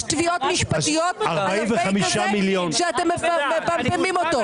יש תביעות משפטיות על הפייק הזה שאתם מפמפמים אותו.